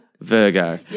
Virgo